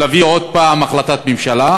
להביא עוד פעם החלטת ממשלה,